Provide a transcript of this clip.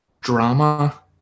drama